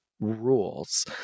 rules